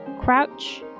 crouch